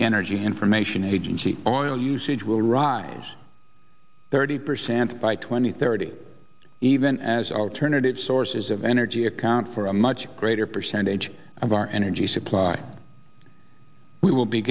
energy information agency oil usage will rise thirty percent by twenty thirty even as alternative sources of energy account for a much greater percentage of our energy supply we will be